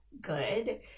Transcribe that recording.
good